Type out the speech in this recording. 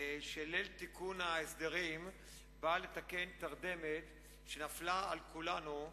שליל תיקון ההסדרים בא לתקן תרדמת שנפלה על כולנו בשלושת,